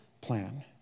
plan